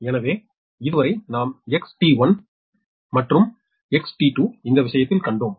எனவே இது வரை நாம் சரியான XT1 மற்றும் இந்த விஷயத்தைக் கண்டோம்